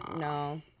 No